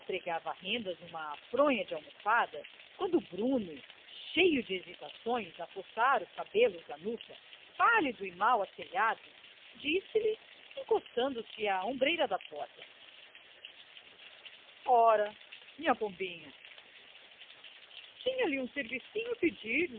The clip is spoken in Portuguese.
pregava rendas numa fronha de almofada quando o bruno cheio de hesitações a coçar os cabelos da nuca pálido e mal asseado disse-lhe encostando-se à ombreira da porta ora nhã pombinha tinha-lhe um servicinho a pedir